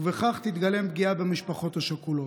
ובכך תתגלם פגיעה במשפחות השכולות.